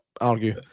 argue